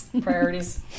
priorities